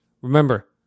remember